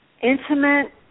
intimate